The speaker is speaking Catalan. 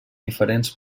diferents